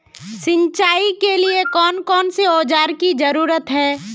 सिंचाई के लिए कौन कौन से औजार की जरूरत है?